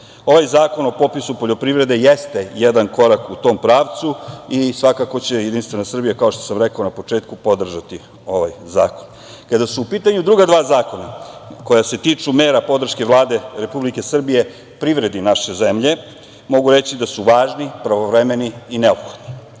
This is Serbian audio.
EU.Ovaj Zakon o popisu poljoprivrede jeste jedan korak u tom pravcu i svakako će Jedinstvena Srbija, kao što sam rekao na početku, podržati ovaj zakon. Kada su u pitanju ova druga dva zakona koja se tiču mera podrške Vlade Republike Srbije privredi naše zemlje, mogu reći da su važni, pravovremeni i neophodni. Naime,